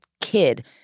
kid